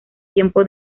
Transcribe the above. tiempo